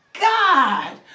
God